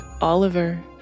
Oliver